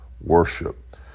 worship